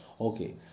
okay